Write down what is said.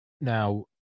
now